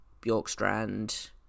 Bjorkstrand